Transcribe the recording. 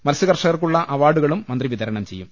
മത്സ്യകർഷകർക്കുള്ള അവാർ ഡുകളും മന്ത്രി വിതരണം ചെയ്യും